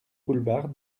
boulevard